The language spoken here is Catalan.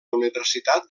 universitat